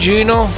Gino